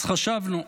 אז חשבנו.